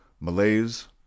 malays